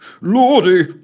Lordy